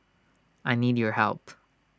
I need your help